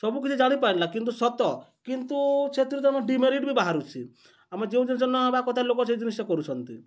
ସବୁକିଛି ଜାଣିପାରିଲା କିନ୍ତୁ ସତ କିନ୍ତୁ ସେଥିରୁ ତ ଆମେ ଡିମେରିଟ୍ ବି ବାହାରୁଛି ଆମେ ଯେଉଁ ଜିନିଷ ନହେବା କଥା ଲୋକ ସେ ଜିନିଷଟା କରୁଛନ୍ତି